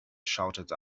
shouted